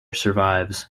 survives